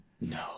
No